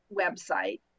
website